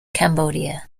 cambodia